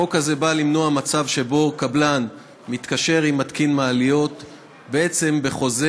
החוק הזה בא למנוע מצב שבו קבלן מתקשר עם מתקין מעליות בעצם בחוזה